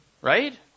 Right